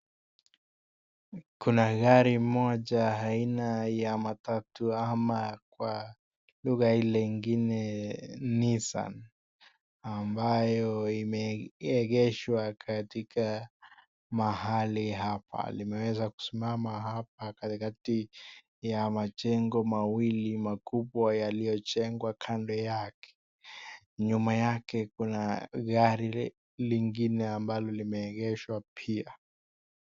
Kuna gari moja aina ya matatu ama kwa lugha ile nyingine Nissan ambayo, imeegeshwa katika mahali hapa. Limeweza kusimama hapa katikati ya majengo mawili makubwa yalio jengwa kando yake. Nyuma yake kuna gari lingine ambalo limeegeshwa pia.